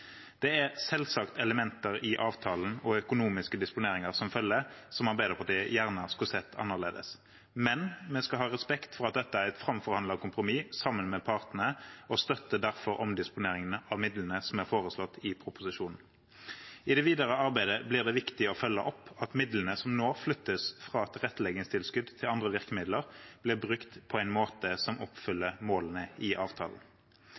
Det er selvsagt elementer i avtalen og økonomiske disponeringer som følger, som Arbeiderpartiet gjerne skulle sett annerledes. Men vi skal ha respekt for at dette er et framforhandlet kompromiss sammen med partene, og vi støtter derfor omdisponeringen av midlene som er foreslått i proposisjonen. I det videre arbeidet blir det viktig å følge opp at midlene som nå flyttes fra tilretteleggingstilskudd til andre virkemidler, blir brukt på en måte som oppfyller målene i avtalen.